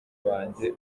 banjye